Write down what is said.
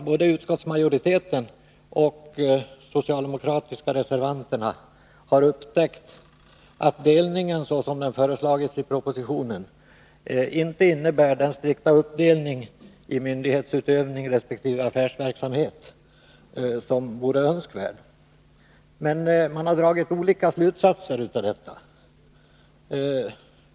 Både utskottsmajoriteten och de borgerliga reservanterna har upptäckt att delningen, såsom den föreslagits i propositionen, inte innebär den strikta uppdelning i myndighetsutövning resp. affärsverksamhet som vore önskvärd, men man har dragit olika slutsatser av detta.